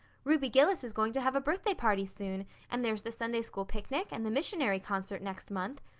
ruby gillis is going to have a birthday party soon and there's the sunday school picnic and the missionary concert next month.